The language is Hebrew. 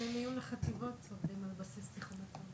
גם מבחני מיון לחטיבות עובדים על הבסיס הזה.